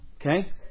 Okay